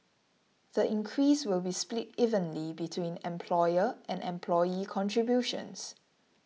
the increase will be split evenly between employer and employee contributions